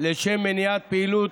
לשם מניעת פעילות,